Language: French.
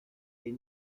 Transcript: est